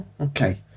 Okay